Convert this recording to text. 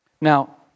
Now